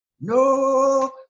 No